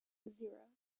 zero